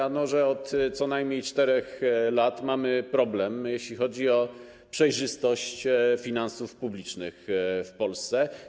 Ano na to, że co najmniej od 4 lat mamy problem, jeśli chodzi o przejrzystość finansów publicznych w Polsce.